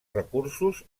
recursos